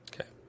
okay